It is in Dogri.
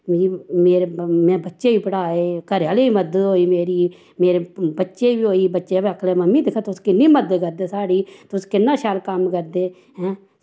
मेरे में बच्चे बी पढ़ाए घरेआह्ले बी मदद होई मेरी मेरी बच्चे बी होए बच्चे बी आखन लगे मम्मी दिक्खां तुस किन्नी मदद करदे ओ साढ़ी तुस किन्ना शैल कम्म करदे हैं